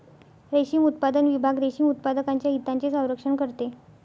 रेशीम उत्पादन विभाग रेशीम उत्पादकांच्या हितांचे संरक्षण करते